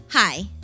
Hi